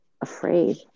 afraid